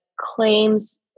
claims